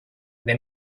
they